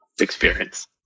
experience